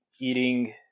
eating